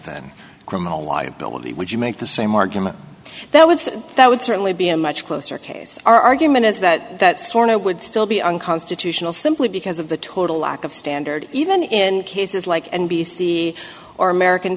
than criminal liability would you make the same argument that would say that would certainly be a much closer case our argument is that that sort o would still be unconstitutional simply because of the total lack of standard even in cases like and b c or american